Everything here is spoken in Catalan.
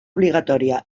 obligatòria